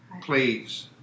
Please